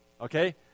okay